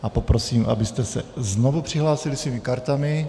A poprosím, abyste se znovu přihlásili svými kartami.